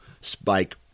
spike